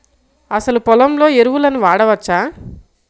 అసలు పొలంలో ఎరువులను వాడవచ్చా?